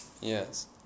Yes